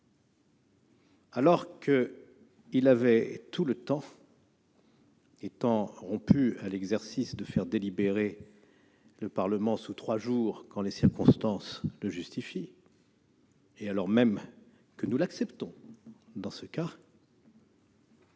alors qu'il avait tout le temps, précisément, d'attendre, étant rompu à l'exercice de faire délibérer le Parlement sous trois jours quand les circonstances le justifient, et alors même que nous l'acceptons dans ce